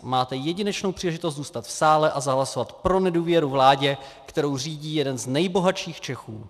Máte jedinečnou příležitost zůstat v sále a zahlasovat pro nedůvěru vládě, kterou řídí jeden z nejbohatších Čechů.